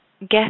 get